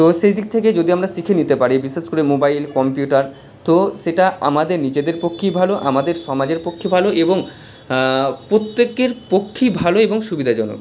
তো সেই দিক থেকে যদি আমরা শিখে নিতে পারি বিশেষ করে মোবাইল কম্পিউটার তো সেটা আমাদের নিজেদের পক্ষেই ভালো আমাদের সমাজের পক্ষে ভালো এবং প্রত্যেকের পক্ষেই ভালো এবং সুবিধাজনক